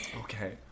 Okay